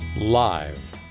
live